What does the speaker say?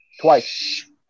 Twice